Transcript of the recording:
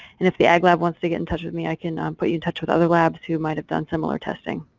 and if the ag lab wants to get in touch with me i can um put you in touch with other labs who might have done similar testing.